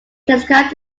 described